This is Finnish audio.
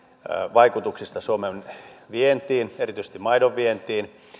vaikutuksista suomen vientiin erityisesti maidon vientiin